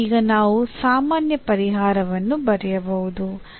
ಮತ್ತು ಈಗ ನಾವು ಸಾಮಾನ್ಯ ಪರಿಹಾರವನ್ನು ಬರೆಯಬಹುದು